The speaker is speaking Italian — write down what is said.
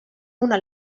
una